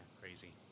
Crazy